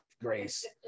grace